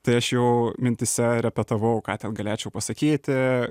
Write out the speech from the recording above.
tai aš jau mintyse repetavau ką ten galėčiau pasakyti